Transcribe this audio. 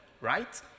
right